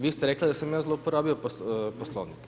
Vi ste rekli da sam ja zlouporabio Poslovnik.